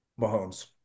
Mahomes